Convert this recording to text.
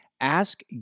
Ask